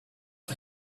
for